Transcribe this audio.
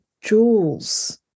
jewels